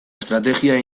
estrategia